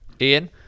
Ian